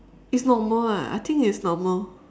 it's normal ah I think it's normal